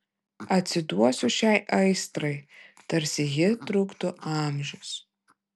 atsiduosiu šiai aistrai tarsi ji truktų amžius